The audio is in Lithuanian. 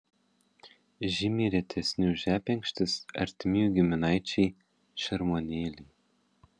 žymiai retesni už žebenkštis artimi jų giminaičiai šermuonėliai